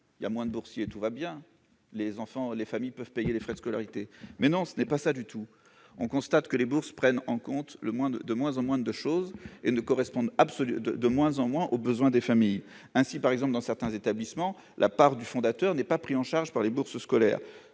S'il y a moins de boursiers, tout va bien ; les familles peuvent payer les frais de scolarité. Il n'en est rien ! On constate que les bourses prennent en compte de moins en moins d'éléments et correspondent de moins en moins aux besoins des familles. Ainsi, dans certains établissements, la « part du fondateur » n'est pas prise en charge par les bourses scolaires.